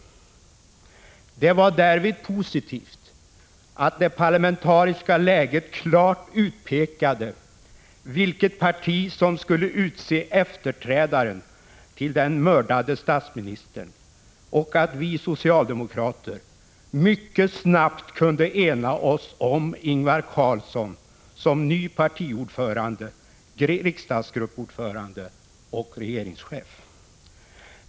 Det var därvid positivt att det parlamentariska läget klart utpekade vilket parti som skulle utse efterträdaren till den mördade statsministern och att vi socialdemokrater mycket snabbt kunde ena oss om Ingvar Carlsson som ny partiordförande, riksdagsgruppsordförande och regeringschef.